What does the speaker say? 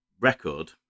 record